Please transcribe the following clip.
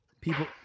people